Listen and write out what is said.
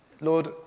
Lord